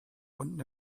unten